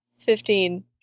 Fifteen